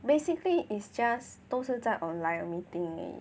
basically it's just 都是在 online meeting eh